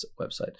website